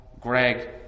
Greg